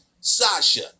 Sasha